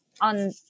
on